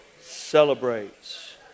celebrates